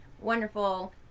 wonderful